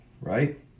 right